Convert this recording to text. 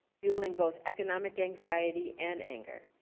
fueling both economic anxiety and anger.